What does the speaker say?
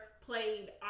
played